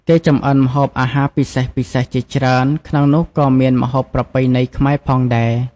គេចម្អិនម្ហូបអាហារពិសេសៗជាច្រើន ក្នុងនោះក៏មានម្ហូបប្រពៃណីខ្មែរផងដែរ។